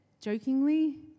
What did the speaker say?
jokingly